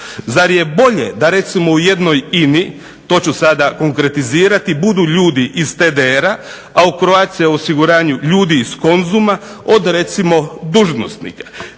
Zar je bolje recimo da u jednoj INA-i to ću sada konkretizirati da budu ljudi iz ... a Croatia osiguranju ljudi iz Konzuma od recimo dužnosnika.